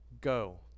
go